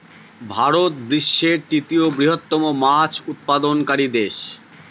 ভারত বিশ্বের তৃতীয় বৃহত্তম মাছ উৎপাদনকারী দেশ